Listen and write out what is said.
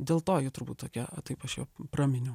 dėl to ji turbūt tokia a taip aš ją praminiau